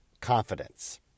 confidence